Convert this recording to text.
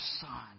Son